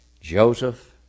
Joseph